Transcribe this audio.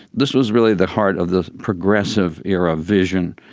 this was really the heart of the progressive era vision,